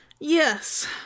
Yes